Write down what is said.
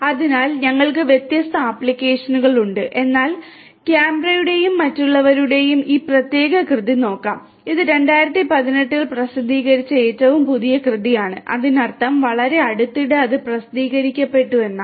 അതിനാൽ ഞങ്ങൾക്ക് വ്യത്യസ്ത ആപ്ലിക്കേഷനുകൾ ഉണ്ട് എന്നാൽ കാംബ്രയുടെയും മറ്റുള്ളവരുടെയും ഈ പ്രത്യേക കൃതി നോക്കാം ഇത് 2018 ൽ പ്രസിദ്ധീകരിച്ച ഏറ്റവും പുതിയ കൃതിയാണ് അതിനർത്ഥം വളരെ അടുത്തിടെ അത് പ്രസിദ്ധീകരിക്കപ്പെട്ടു എന്നാണ്